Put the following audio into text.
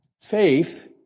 Faith